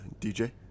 DJ